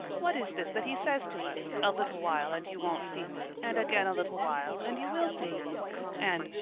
what is this that he says to us, a little while, and you won't see me, and again a little while, and you will see me and,